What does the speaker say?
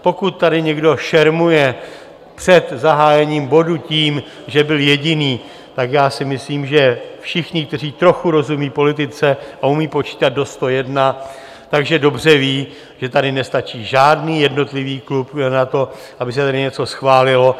Pokud tady někdo šermuje před zahájením bodu tím, že byl jediný, tak já si myslím, že všichni, kteří trochu rozumí politice a umí počítat do 101, tak že dobře ví, že tady nestačí žádný jednotlivý klub na to, aby se tady něco schválilo.